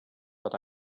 but